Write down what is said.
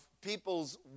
people's